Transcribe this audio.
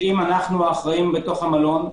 שאם אנחנו האחראים במלון,